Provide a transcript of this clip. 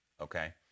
okay